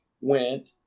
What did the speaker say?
went